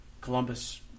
Columbus